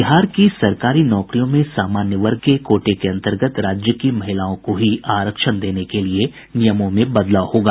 बिहार की सरकारी नौकरियों में सामान्य वर्ग के कोटे के अंतर्गत राज्य की महिलाओं को ही आरक्षण देने के लिये नियमों में बदलाव होगा